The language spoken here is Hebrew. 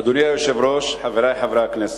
אדוני היושב-ראש, חברי חברי הכנסת,